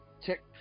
check